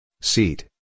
Seat